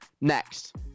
Next